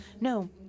No